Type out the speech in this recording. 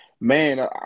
man